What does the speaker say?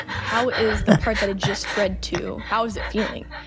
how is the part that it just spread to? how is it feeling?